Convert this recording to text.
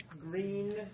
green